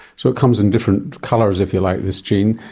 so it comes in different colours, if you like, this gene,